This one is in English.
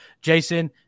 Jason